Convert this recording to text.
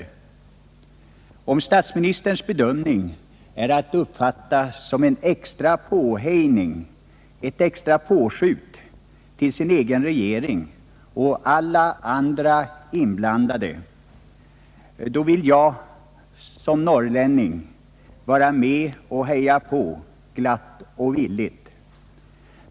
PAR Ae RNA Om statsministerns bedömning är att uppfatta som en extra påhejning, Allmänpolitisk ett extra påskjut, på sin egen regering och alla andra inblandade, vill jag debatt som norrlänning vara med att heja på glatt och villigt.